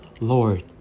Lord